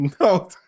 No